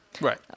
right